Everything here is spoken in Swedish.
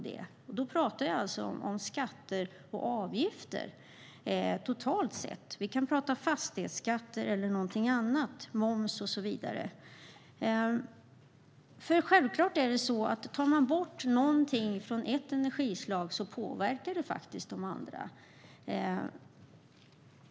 Då pratar jag alltså om skatter och avgifter totalt sett. Vi kan prata fastighetsskatter, moms eller någonting annat. Det är självklart att om man tar bort någonting från ett energislag påverkar det ju de andra.